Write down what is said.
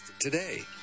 today